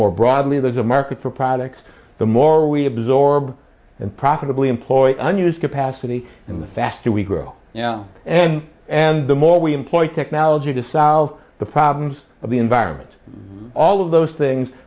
more broadly there's a market for products the more we absorb and profitably employ unused capacity in the faster we grow and and the more we employ technology to solve the problems of the environment all of those things